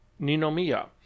Ninomiya